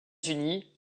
unis